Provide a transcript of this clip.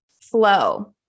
flow